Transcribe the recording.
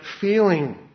feeling